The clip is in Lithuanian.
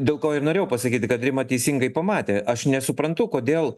dėl ko ir norėjau pasakyti kad rima teisingai pamatė aš nesuprantu kodėl